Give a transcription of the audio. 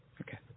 Okay